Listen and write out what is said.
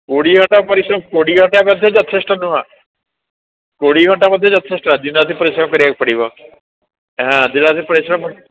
କୋଡ଼ିଏ ଘଣ୍ଟା ପରିଶ୍ରମ କୋଡ଼ିଏ ଘଣ୍ଟା ମଧ୍ୟ ଯଥେଷ୍ଟ ନୁହଁ କୋଡ଼ିଏ ଘଣ୍ଟା ମଧ୍ୟ ଯଥେଷ୍ଟ ଦିନରାତି ପରିଶ୍ରମ କରିବାକୁ ପଡ଼ିବ ହଁ ଦିନରାତି ପରିଶ୍ରମ